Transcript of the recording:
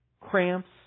cramps